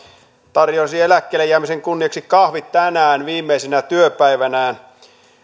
tarjosi eläkkeelle jäämisen kunniaksi kahvit tänään viimeisenä työpäivänään